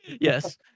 Yes